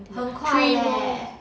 three more